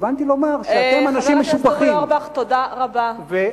התכוונתי לומר שאתם אנשים משובחים וצריך